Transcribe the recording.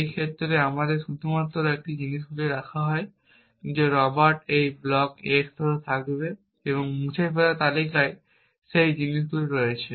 এই ক্ষেত্রে আমাদের শুধুমাত্র একটি জিনিস রাখা হয় যে রবার্ট এই ব্লক x ধরে থাকবে এবং মুছে ফেলার তালিকায় সেই জিনিসগুলি রয়েছে